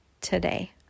today